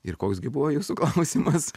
ir koks gi buvo jūsų klausimas